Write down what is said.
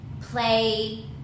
play